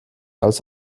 als